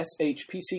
SHPC